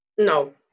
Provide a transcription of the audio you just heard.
No